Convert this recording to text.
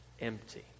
empty